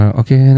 okay